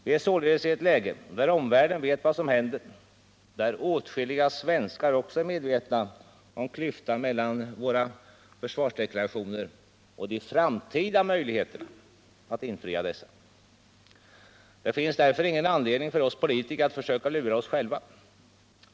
Vi är således i ett läge där omvärlden vet vad som händer, där åtskilliga svenskar också är medvetna om klyftan mellan våra försvarsdeklarationer och de framtida möjligheterna att infria dessa. Det finns därför ingen anledning för oss politiker att försöka lura oss själva.